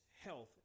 health